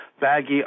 baggy